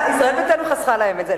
ישראל ביתנו חסכה להם את זה.